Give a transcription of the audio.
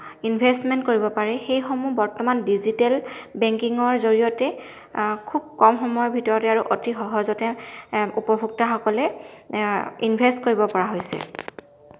investment কৰিব পাৰে সেইসমূহ বৰ্তমান ডিজিটেল বেংকিঙৰ জৰিয়তে খুব কম সময়ৰ ভিতৰতে আৰু অধিক সহজতে উপভুক্তাসকলে ইন্ভেষ্ট কৰিব পৰা হৈছে